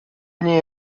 nie